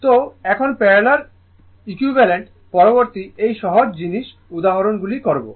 সুতরাং এখন parallel equivalent পরবর্তী এই সহজ জিনিস উদাহরণগুলি করবো